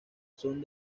son